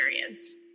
areas